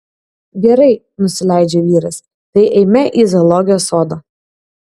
gerai nusileidžia vyras tai eime į zoologijos sodą